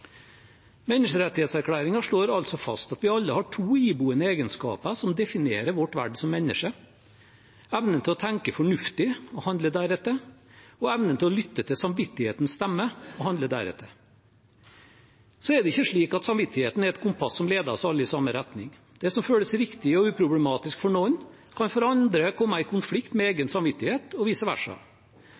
Menneskerettighetserklæringen slår altså fast at vi alle har to iboende egenskaper som definerer vårt verd som mennesker: evnen til å tenke fornuftig og handle deretter, og evnen til å lytte til samvittighetens stemme og handle deretter. Så er det ikke slik at samvittigheten er et kompass som leder oss alle i samme retning. Det som føles riktig og uproblematisk for noen, kan for andre komme i konflikt med egen samvittighet, og vice versa.